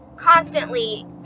constantly